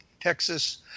Texas